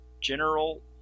general